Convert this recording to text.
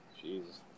Jesus